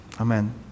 Amen